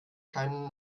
keinen